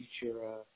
future